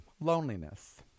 loneliness